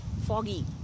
foggy